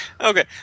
Okay